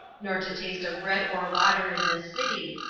nor to taste of bread or water in this city,